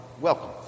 welcome